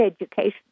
education